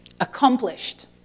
Accomplished